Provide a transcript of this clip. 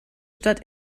stadt